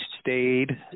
stayed